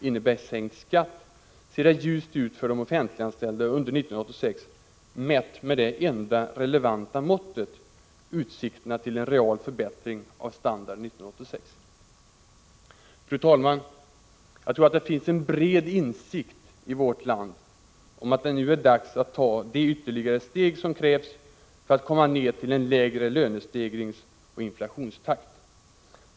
innebär sänkt skatt, ser det ljust ut för de offentliganställda under 1986 mätt med det enda relevanta måttet: utsikterna till en real förbättring av standarden 1986. Fru talman! Jag tror att det finns en bred insikt i vårt land om att det nu är dags att ta de ytterligare steg som krävs för att komma ned till en lägre lönestegringsoch inflationstakt.